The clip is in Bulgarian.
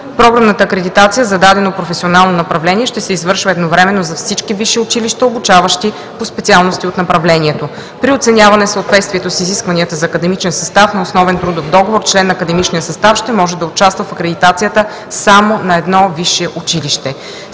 Програмната акредитация за дадено професионално направление ще се извършва едновременно за всички висши училища, обучаващи по специалности от направлението. При оценяване съответствието с изискванията за академичен състав на основен трудов договор член на академичния състав ще може да участва в акредитацията само на едно висше училище.